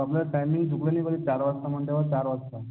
आपल्याला टायमिंग दुपारी पाहिजे चार वाजता म्हटल्यावर चार वाजता